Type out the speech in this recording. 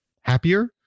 happier